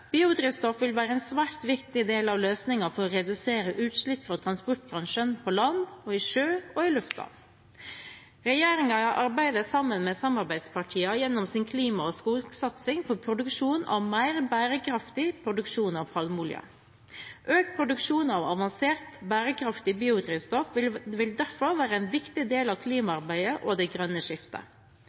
Biodrivstoff vil være en svært viktig del av løsningen for å redusere utslipp fra transportbransjen – på land, i sjø og i luften. Regjeringen arbeider sammen med samarbeidspartiene gjennom sin klima- og skogsatsing for en mer bærekraftig produksjon av palmeolje. Økt produksjon av avansert, bærekraftig biodrivstoff vil derfor være en viktig del av klimaarbeidet og det grønne skiftet.